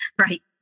right